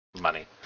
money